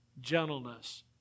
gentleness